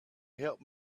help